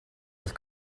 with